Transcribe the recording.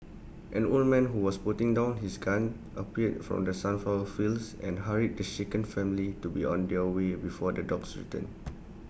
an old man who was putting down his gun appeared from the sunflower fields and hurried to shaken family to be on their way before the dogs return